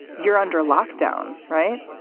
you're under lockdown, right?